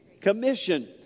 Commission